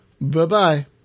Bye-bye